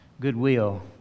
goodwill